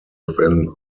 within